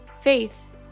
Faith